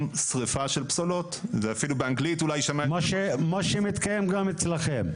שריפה של פסולות ואפילו באנגלית אולי --- מה שמתקיים גם אצלכם.